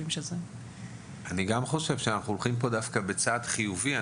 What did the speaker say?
אני חושב שאנחנו הולכים פה בצעד חיובי.